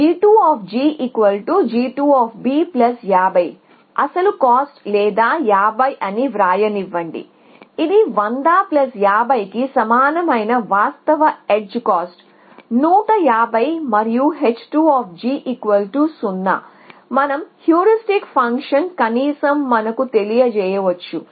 g2g250 అసలు cost లేదా 50 అని వ్రాయనివ్వండి ఇది 10050 కి సమానమైన వాస్తవ ఎడ్జ్ కాస్ట్ 150 మరియు h20 మన హ్యూరిస్టిక్ ఫంక్షన్ కనీసం మనకు తెలియజేయవచ్చు